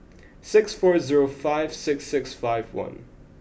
six four zero five six six five one